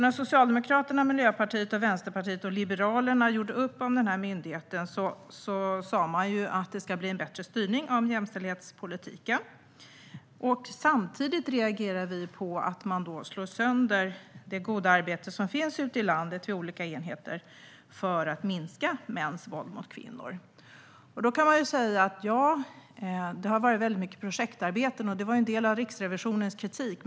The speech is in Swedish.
När Socialdemokraterna, Miljöpartiet, Vänsterpartiet och Liberalerna gjorde upp om den här myndigheten sa man att det ska leda till bättre styrning av jämställdhetspolitiken. Samtidigt reagerar vi på att man slår sönder det goda arbete som finns ute i landet vid olika enheter för att minska mäns våld mot kvinnor. Ja, det har varit mycket projektarbeten, vilket var en del av Riksrevisionens kritik.